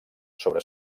sobre